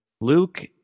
Luke